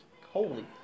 holy